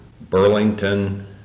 Burlington